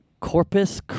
corpus